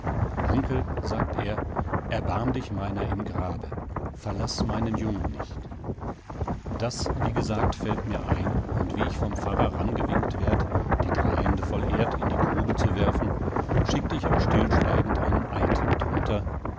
hanckel sagt er erbarm dich meiner im grabe verlaß meinen jungen nicht das wie gesagt fällt mir ein und wie ich vom pfarrer rangewinkt werd die drei hände voll erd in die grube zu werfen schickt ich auch stillschweigend einen eid mit